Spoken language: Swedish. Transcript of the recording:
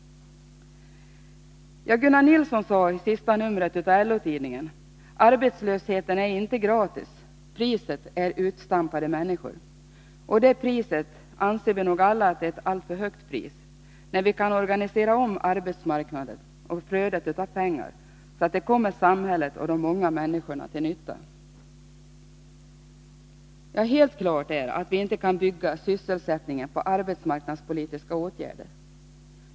Gunnar Nilsson sade i senaste numret av LO-tidningen: Arbetslösheten är inte gratis! Priset är utstampade människor! Det priset anser vi nog alla vara alltför högt, när vi kan organisera om arbetsmarknaden och flödet av pengar så att det kommer samhället och de många människorna till nytta. Helt klart är att vi inte kan bygga sysselsättningen på arbetsmarknadspolitiska åtgärder.